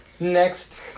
Next